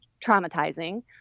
traumatizing